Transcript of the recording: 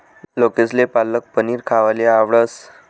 लोकेसले पालक पनीर खावाले आवडस